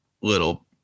little